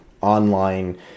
online